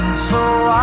so